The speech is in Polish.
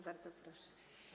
Bardzo proszę.